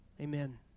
Amen